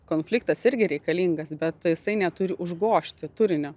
konfliktas irgi reikalingas bet jisai neturi užgožti turinio